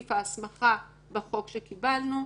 בסעיף ההסמכה בחוק שקיבלנו.